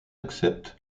acceptent